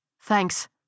Thanks